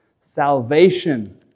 Salvation